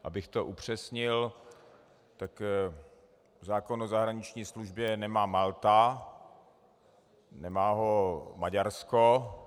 Abych to upřesnil, tak zákon o zahraniční službě nemá Malta, nemá ho Maďarsko.